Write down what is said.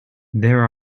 there